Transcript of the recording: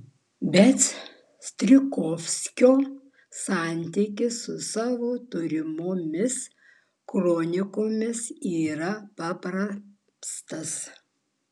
bet strijkovskio santykis su savo turimomis kronikomis yra paprastas